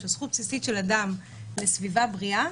של זכות בסיסית של אדם לסביבה בריאה,